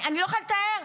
אני לא יכולה לתאר.